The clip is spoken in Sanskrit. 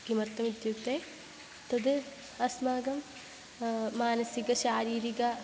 किमर्थम् इत्युक्ते तत् अस्माकं मानसिक शारीरिक